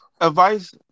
advice